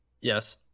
Yes